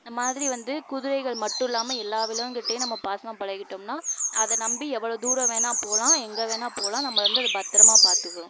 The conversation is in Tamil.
இந்த மாதிரி வந்து குதிரைகள் மட்டும் இல்லாமல் எல்லா விலங்குகள்கிட்டையும் நம்ம பாசமாக பழகிட்டோம்னா அதை நம்பி எவ்வளோ தூரம் வேணாம் போகலாம் எங்கே வேணா போகலாம் நம்மளை வந்து அது பத்தரமாக பாத்துக்கிடும்